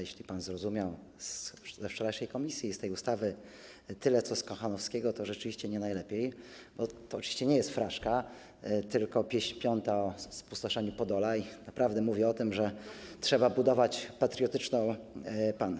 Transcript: Jeśli pan zrozumiał na wczorajszym posiedzeniu komisji z tej ustawy tyle, co z Kochanowskiego, to rzeczywiście nie najlepiej, bo to oczywiście nie jest fraszka, tylko pieśń V, ˝Pieśń o spustoszeniu Podola˝, i naprawdę mówi o tym, że trzeba budować patriotyczną Polskę.